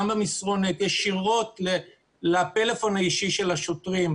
גם במסרונים ישירות לפלאפון האישי של השוטרים,